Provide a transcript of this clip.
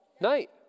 night